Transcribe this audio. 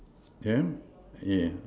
yeah yeah